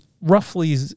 roughly